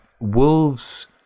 Wolves